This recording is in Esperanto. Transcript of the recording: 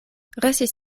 restis